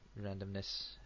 randomness